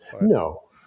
No